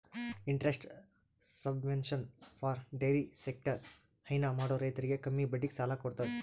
interest subvention for dairy sector ಹೈನಾ ಮಾಡೋ ರೈತರಿಗ್ ಕಮ್ಮಿ ಬಡ್ಡಿ ಸಾಲಾ ಕೊಡತದ್